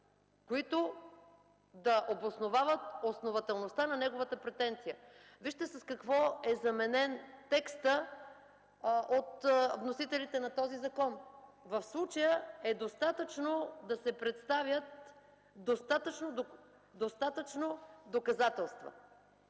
които да обосновават основателността на неговата претенция. Вижте с какво е заменен текстът от вносителите на този закон – в случая е достатъчно да се представят „достатъчно доказателства”.